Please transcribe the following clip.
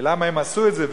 למה הם עשו את זה,